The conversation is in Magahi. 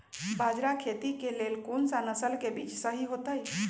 बाजरा खेती के लेल कोन सा नसल के बीज सही होतइ?